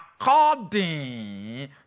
according